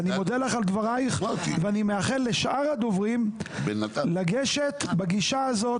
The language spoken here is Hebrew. ואני מודה לך על דברייך ואני מאחל לשאר הדוברים לגשת בגישה הזאת,